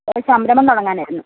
സംരംഭം തുടങ്ങാൻ ആയിരുന്നു